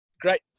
great